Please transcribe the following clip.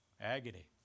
Agony